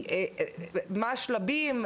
מה השלבים,